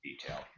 Detail